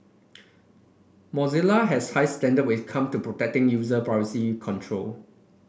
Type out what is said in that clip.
Mozilla has high standard where is come to protecting user privacy control